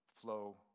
flow